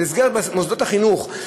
במסגרת מוסדות החינוך.